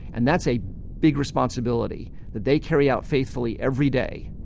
and that's a big responsibility that they carry out faithfully every day.